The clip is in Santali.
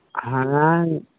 ᱦᱮᱸᱭ